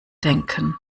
denken